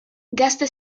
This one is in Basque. gazte